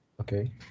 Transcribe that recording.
okay